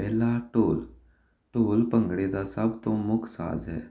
ਪਹਿਲਾ ਢੋਲ ਢੋਲ ਭੰਗੜੇ ਦਾ ਸਭ ਤੋਂ ਮੁੱਖ ਸਾਜ਼ ਹੈ